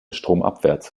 stromabwärts